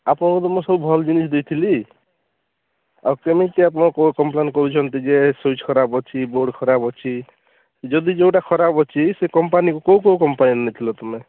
ଆପଣଙ୍କୁ ମୁଁ ତ ସବୁ ଭଲ ଜିନିଷ ଦେଇଥିଲି ଆଉ କେମିତି ଆପଣ କମ୍ପ୍ଲେନ୍ କରୁଛନ୍ତି ଯେ ସୁଇଚ୍ ଖରାପ ଅଛି ବୋର୍ଡ଼ ଖରାପ ଅଛି ଯଦି ଯେଉଁଟା ଖରାପ ଅଛି ସେ କମ୍ପାନୀକୁ କେଉଁ କେଉଁ କମ୍ପାନୀ ନେଇଥିଲ ତୁମେ